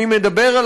אני מדבר על